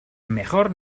mejor